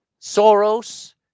Soros